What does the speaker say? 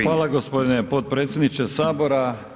Hvala gospodine potpredsjedniče Sabora.